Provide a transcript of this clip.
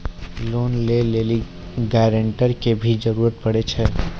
Loan लै लेली guarantor के भी जरूरी पड़ै छै?